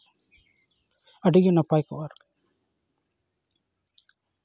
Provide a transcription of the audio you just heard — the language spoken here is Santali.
ᱟᱹᱰᱤ ᱜᱮ ᱱᱟᱯᱟᱭ ᱠᱚᱜᱼᱟ ᱟᱨᱠᱤ